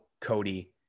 cody